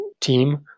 team